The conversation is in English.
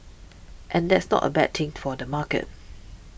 and that's not a bad thing for the market